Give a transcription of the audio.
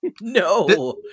No